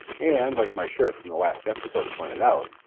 and, like my shirt from the last episode pointed out,